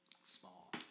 small